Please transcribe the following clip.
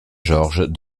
georges